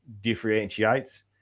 differentiates